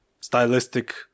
stylistic